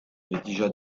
rédigea